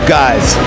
guys